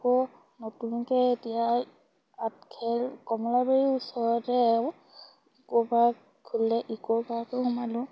আকৌ নতুনকে এতিয়া আঠখেল কমলাবাৰীৰ ওচৰতে ইকো পাৰ্ক খোলা ইক' পাৰ্কতো সোমালোঁ